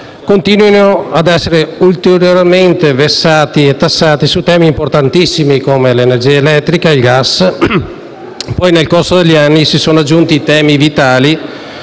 continuino ad essere ulteriormente vessati e tassati su temi importantissimi come l'energia elettrica e il gas. Nel corso degli anni si sono aggiunti temi vitali